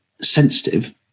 sensitive